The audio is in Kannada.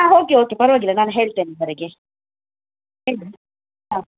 ಹಾಂ ಓಕೆ ಓಕೆ ಪರ್ವಾಗಿಲ್ಲ ನಾನು ಹೇಳ್ತೇನೆ ಅವರಿಗೆ ಹೇಳಿ ಹಾಂ